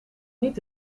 niet